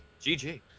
GG